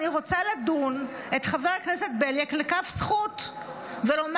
אני רוצה לדון את חבר הכנסת בליאק לכף זכות ולומר